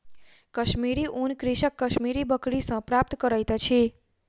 कश्मीरी ऊन कृषक कश्मीरी बकरी सॅ प्राप्त करैत अछि